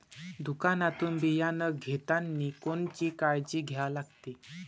दुकानातून बियानं घेतानी कोनची काळजी घ्या लागते?